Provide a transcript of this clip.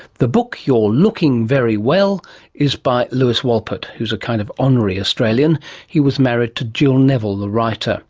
the book you're looking very well is by lewis wolpert, who is a kind of honorary australian he was married to jill neville the writer